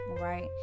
right